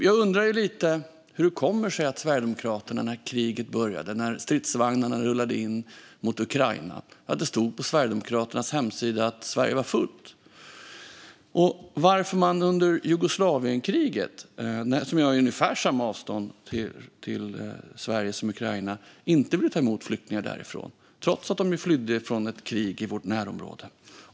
Jag undrar lite hur det kom sig, när kriget började och stridsvagnarna rullade in i Ukraina, att det stod på Sverigedemokraternas hemsida att Sverige var fullt och varför man under Jugoslavienkriget, som var på ungefär samma avstånd till Sverige som Ukraina är, inte ville ta emot flyktingar därifrån, trots att de flydde från ett krig i vårt närområde.